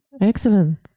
Excellent